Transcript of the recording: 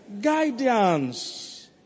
Guidance